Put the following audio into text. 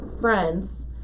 friends